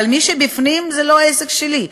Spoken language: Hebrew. אבל מי שבפנים זה לא העסק שלי,